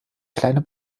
kleine